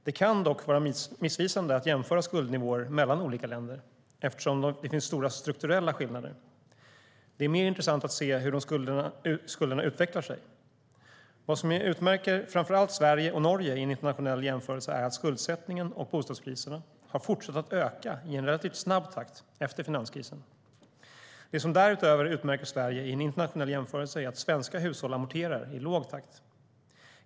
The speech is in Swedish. Det kan dock vara missvisande att jämföra skuldnivåer mellan olika länder, eftersom det finns stora strukturella skillnader. Det är mer intressant att se hur skulderna utvecklar sig. Vad som utmärker framför allt Sverige och Norge i en internationell jämförelse är att skuldsättningen och bostadspriserna har fortsatt att öka i en relativt snabb takt efter finanskrisen. Det som därutöver utmärker Sverige i en internationell jämförelse är att svenska hushåll amorterar i låg takt.